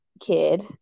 kid